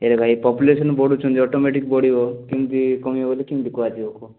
ଆରେ ଭାଇ ପପୁଲେସନ୍ ବଢ଼ୁଛନ୍ତି ଅଟୋମେଟିକ୍ ବଢ଼ିବ କେମିତି କମିବ ବୋଲି କେମିତି କୁହାଯିବ କୁହ